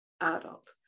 adult